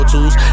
Tools